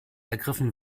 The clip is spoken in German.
ergriffen